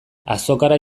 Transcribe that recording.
azokara